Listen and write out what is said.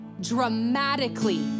dramatically